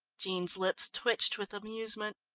jean's lips twitched with amusement.